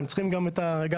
הם צריכים גם את המזומן.